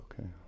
okay